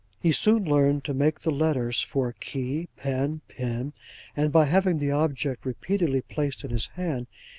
he soon learned to make the letters for key, pen, pin and by having the object repeatedly placed in his hand,